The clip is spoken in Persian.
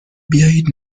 بیایید